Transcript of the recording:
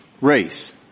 race